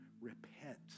repent